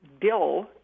bill